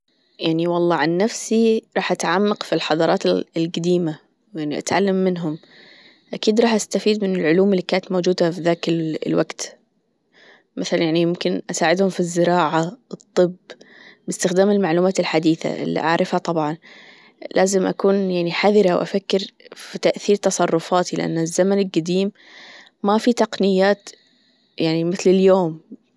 يعني والله عن نفسي راح أتعمق في الحضارات الجديمة يعني أتعلم منهم أكيد راح أستفيد من العلوم اللي كانت موجودة في ذاك الوقت، مثلا يعني يمكن أساعدهم في الزراعة الطب بإستخدام المعلومات الحديثة اللي أعرفها طبعا لازم أكون يعني حذرة وأفكر في تأثير تصرفاتي لأن الزمن الجديم ما في تقنيات يعني مثل اليوم.